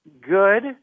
Good